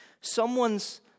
Someone's